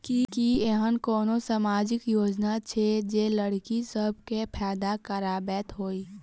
की एहेन कोनो सामाजिक योजना छै जे लड़की सब केँ फैदा कराबैत होइ?